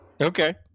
Okay